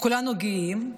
כולם גאים,